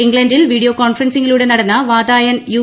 ഇംഗ്ലണ്ടിൽ വീഡിയോ കോൺഫറൻസിലൂടെ നടന്ന വാതായൻ യു